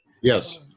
yes